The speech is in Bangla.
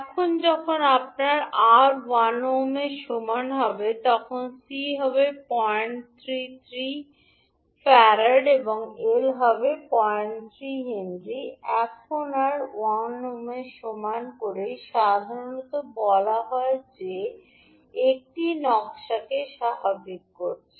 এখন যখন আপনার R 1 ওহমের সমান হবে তখন C হবে 0333 ফ্যারাড এবং L সমান 03 হেনরি এখন আর 1 ওহমের সমান করে সাধারণত বলা হয় যে এটি নকশাকে স্বাভাবিক করছে